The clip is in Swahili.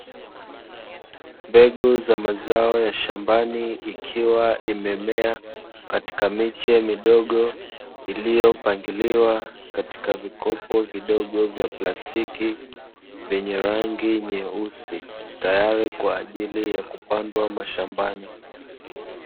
Mbegu za mazao ya shambani, ikiwa imemea katika miche midogo, iliyopangiliwa katika vikopo vidogo vya plastiki vyenye rangi nyeusi, tayari kwa ajili ya kupandwa mashambani.